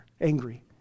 angry